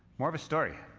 more of a story.